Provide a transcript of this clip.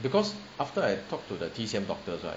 because after I talk to the T_C_M doctors right